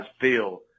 feel